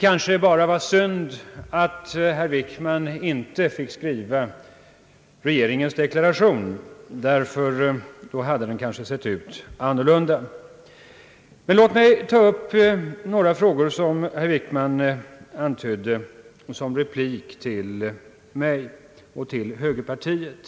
Det var synd, att herr Wickman inte fick skriva regeringens deklaration, ty då hade den säkert sett annorlunda ut. Låt mig emellertid ta upp några frågor som herr Wickman berörde i sin replik till mig och högerpartiet.